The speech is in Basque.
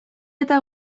eta